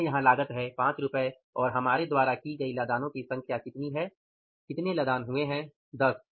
यह यहां लागत है 5 रु और हमारे द्वारा की गई लदानो की संख्या कितनी है कितने लदान हुए हैं 10